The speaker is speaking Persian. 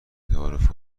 تعارف